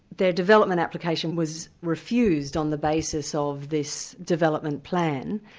their development application was refused, on the basis of this development plan,